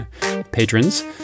Patrons